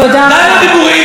די לדיבורים.